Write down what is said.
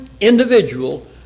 individual